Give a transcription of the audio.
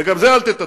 וגם את זה אל תטאטאו,